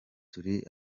turi